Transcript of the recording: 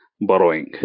borrowing